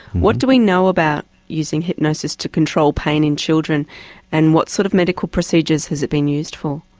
what do we know about using hypnosis to control pain in children and what sort of medical procedures has it been used for?